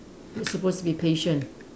you supposed to be patient